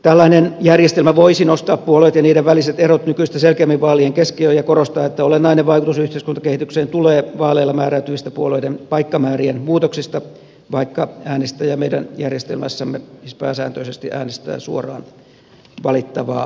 tällainen järjestelmä voisi nostaa puolueet ja niiden väliset erot nykyistä selkeämmin vaalien keskiöön ja korostaa että olennainen vaikutus yhteiskuntakehitykseen tulee vaaleilla määräytyvistä puolueiden paikkamäärien muutoksista vaikka äänestäjä meidän järjestelmässämme siis pääsääntöisesti äänestää suoraan valittavaa henkilöä